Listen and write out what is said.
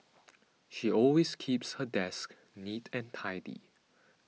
she always keeps her desk neat and tidy